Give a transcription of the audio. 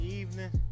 evening